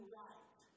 right